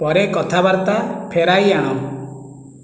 ପରେ କଥାବାର୍ତ୍ତା ଫେରାଇ ଆଣ